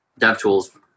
DevTools